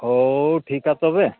ᱦᱳ ᱴᱷᱤᱠᱟ ᱛᱚᱵᱮ